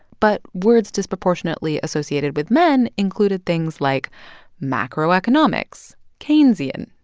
but words disproportionately associated with men included things like macroeconomics, keynesian,